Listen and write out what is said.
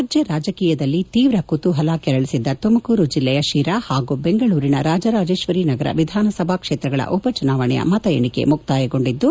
ರಾಜ್ಯ ರಾಜಕೀಯದಲ್ಲಿ ಶೀವ್ ಕುತೂಪಲ ಕೆರಳಿಸಿದ್ದ ತುಮಕೂರು ಜಿಲ್ಲೆಯ ಶಿರಾ ಹಾಗೂ ಬೆಂಗಳೂರಿನ ರಾಜರಾಜೇಶ್ವರಿನಗರ ವಿಧಾನಸಭಾ ಕ್ಷೇತ್ರಗಳ ಉಪಚುನಾವಣೆಯ ಮತ ಎಣಿಕೆ ಮುಕ್ತಾಯಗೊಂಡಿದ್ದು